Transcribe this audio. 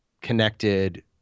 connected